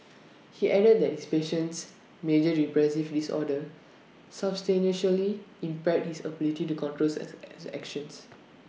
he added that his patient's major depressive disorder substantially impaired his ability to control his actions